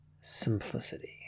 Simplicity